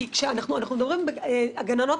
כי אנחנו אומרים "גננות,